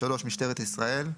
3.משטרת ישראל.